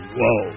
whoa